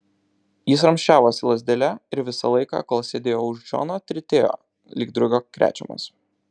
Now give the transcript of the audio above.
jis ramsčiavosi lazdele ir visą laiką kol sėdėjo už džono tirtėjo lyg drugio krečiamas